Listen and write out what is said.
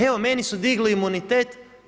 Evo, meni su digli imunitet.